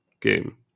game